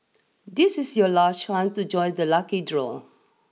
this is your last chance to join the lucky draw